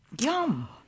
Yum